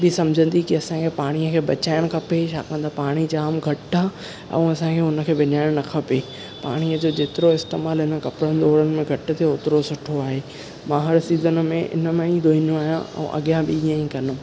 बि सम्झंदी की असांखे पाणीअ खे बचाइणु खपे छाकाणि त पाणी जाम घटि आहे ऐं असांखे उन खे विञाइण न खपे पाणीअ जो जेतिरो इस्तेमाल इन कपिड़नि धुइण में घटि थिए ओतिरो सुठो आहे मां हर सीज़न में इन मां ई धुईंदो आहियां ऐं अॻियां बि हीअं ई कंदुमि